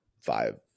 five